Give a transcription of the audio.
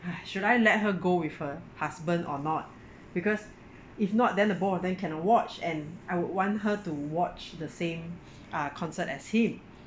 should I let her go with her husband or not because if not then the both of them cannot watch and I would want her to watch the same uh concert as him